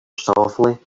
softly